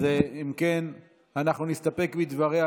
אם כן, אנחנו נסתפק בדבריה